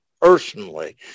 personally